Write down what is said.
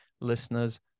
listeners